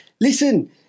Listen